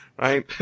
Right